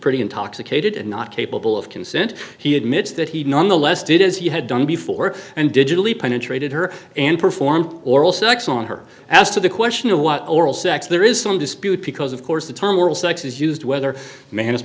pretty intoxicated and not capable of consent he admits that he nonetheless did as he had done before and digitally penetrated her and perform oral sex on her as to the question of what oral sex there is some dispute because of course the term oral sex is used whether ma